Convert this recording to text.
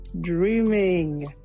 dreaming